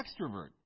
extrovert